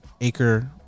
acre